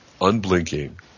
unblinking